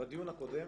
בדיון הקודם